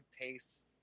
pace